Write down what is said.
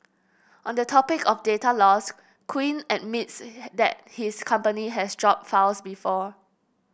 on the topic of data loss Quinn admits that his company has dropped files before